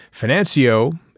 Financio